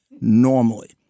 normally